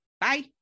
Bye